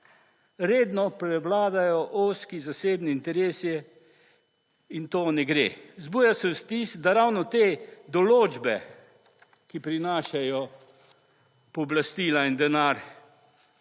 Redno prevladajo ozki zasebni interesi in to ne gre. Vzbuja se vtis, da ravno te določbe, ki prinašajo pooblastila in denar